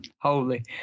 Holy